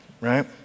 right